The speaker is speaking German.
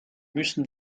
müssen